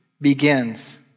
begins